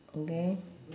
okay